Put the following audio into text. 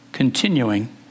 continuing